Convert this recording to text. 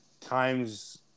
times